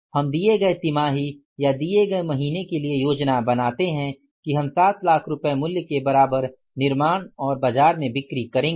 हम दिए गए तिमाही या दिए गए महीने के लिए योजना बनाते हैं कि हम 7 लाख रुपये मूल्य के बराबर निर्माण और बाजार में बिक्री करेंगे